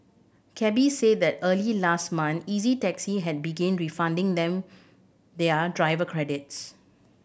cabbies said that early last month Easy Taxi had begin refunding them their driver credits